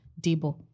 Debo